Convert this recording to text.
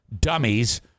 dummies